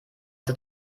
der